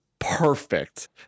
perfect